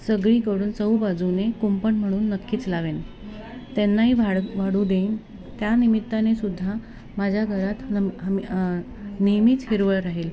सगळीकडून चहूबाजूने कुंपण म्हणून नक्कीच लावेन त्यांनाही भाड वाढू देईन त्या निमित्तानेसुद्धा माझ्या घरात नम ह नेहमीच हिरवळ राहील